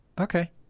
Okay